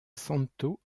santo